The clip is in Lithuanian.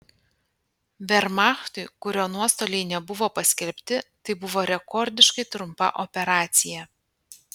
vermachtui kurio nuostoliai nebuvo paskelbti tai buvo rekordiškai trumpa operacija